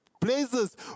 places